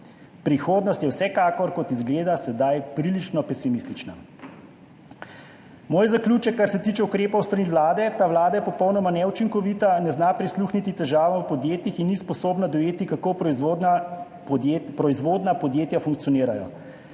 Prihodnost je vsekakor, kot izgleda sedaj, prilično pesimistična. Moj zaključek, kar se tiče ukrepov s strani vlade: ta vlada je popolnoma neučinkovita, ne zna prisluhniti težavam v podjetjih in ni sposobna dojeti, kako proizvodna podjetja funkcionirajo.